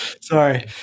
Sorry